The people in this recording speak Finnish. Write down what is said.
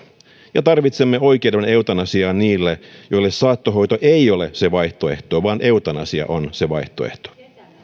ja tarvitsemme oikeuden eutanasiaan niille joille saattohoito ei ole se vaihtoehto vaan eutanasia on se vaihtoehto